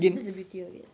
that's the beauty of it